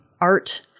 Art